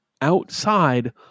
outside